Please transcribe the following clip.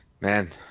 Man